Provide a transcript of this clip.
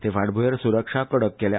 ते फाटभुंयेर सुरक्षा कडक केल्या